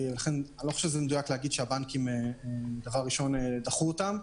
לכן אני לא חושב שמדויק לומר שהבנקים דבר ראשון דחו אותם.